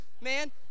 man